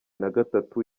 nagatatu